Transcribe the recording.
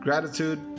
Gratitude